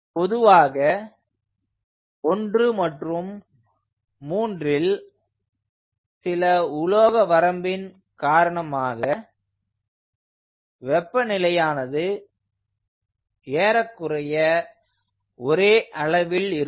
பொதுவாக 1 மற்றும் 3ல் சில உலோக வரம்பின் காரணமாக வெப்ப நிலையானது ஏறக்குறைய ஒரே அளவில் இருக்கும்